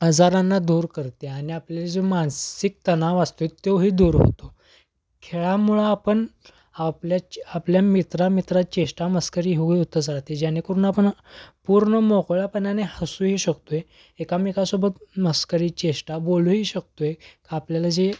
आजारांना दूर करते आणि आपल्याला जो मानसिक तणाव असतो तोही दूर होतो खेळामुळं आपण आपल्याच आपल्या मित्रामित्रात चेष्टामस्करी ह होतच राहते जेणेकरून आपण पूर्ण मोकळ्यापणाने हसूही शकतोय एकामेकासोबत मस्करी चेष्टा बोलूही शकतोय का आपल्याला जे